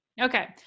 Okay